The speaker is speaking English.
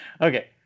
Okay